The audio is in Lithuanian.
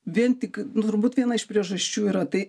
vien tik turbūt viena iš priežasčių yra tai